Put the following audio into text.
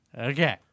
Okay